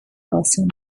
آسمون